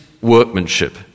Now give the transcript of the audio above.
workmanship